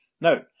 Now